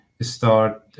start